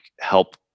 help